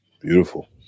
beautiful